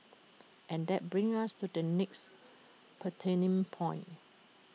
and that brings us to the next pertinent point